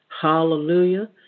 Hallelujah